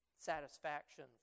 satisfaction